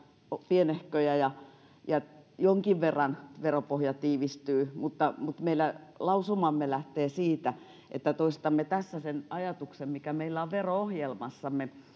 pienehköjä ja ja jonkin verran veropohja tiivistyy mutta mutta meidän lausumamme lähtee siitä että toistamme tässä sen ajatuksen mikä meillä on vero ohjelmassamme